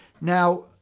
Now